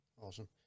awesome